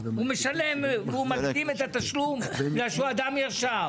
הוא מקדים את התשלום בגלל שהוא אדם ישר.